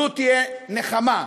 זו תהיה נחמה.